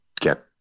get